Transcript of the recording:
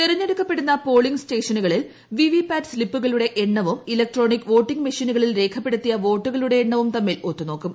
തിരഞ്ഞെടുക്കപ്പെടുന്ന പോളിംഗ് സ്റ്റേഷനുകളിൽ V V PAT സ്ലിപ്പുകളുടെ എണ്ണവും ഇലക്ട്രോണിക് വോട്ടിംഗ് മെഷീനുകളിൽ രേഖപ്പെടുത്തിയ തമ്മിൽ ഒത്തുനോക്കും